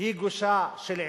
היא גישה של עימות.